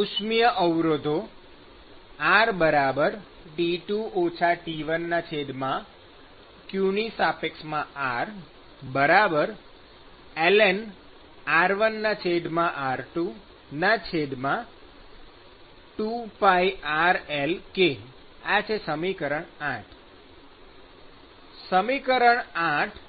ઉષ્મિય અવરોધ RT2 T1qrln r1r2 2πrLk ૮ સમીકરણ ૮